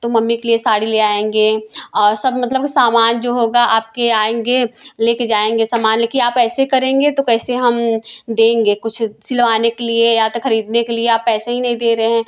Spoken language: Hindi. तो मम्मी के लिए साड़ी ले आएंगे और सब मतलब कि सामान जो होगा आपके यहाँ आएंगे लेके जाएंगे समान लेके आप ऐसे करेंगे तो कैसे हम देंगे कुछ सिलवाने के लिए या तो खरीदने के लिए आप पैसे ही नहीं दे रहें